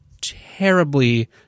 terribly